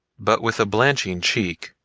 but with a blanching cheek,